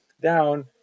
down